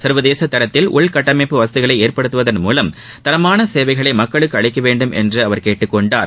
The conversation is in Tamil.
சர்வதேச தரத்தில் உள்கட்டமைப்பு வசதிகளை ஏற்படுத்துவதள் மூலம் தரமான சேவைகளை மக்களுக்கு அளிக்கவேண்டும் என்று அவர் கேட்டுக்கொண்டார்